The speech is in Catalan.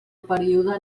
període